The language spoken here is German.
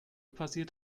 passiert